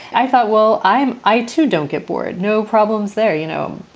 i thought, well, i'm i too don't get bored. no problems there, you know,